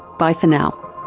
bye for now